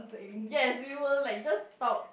yes we will like just talk